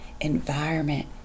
environment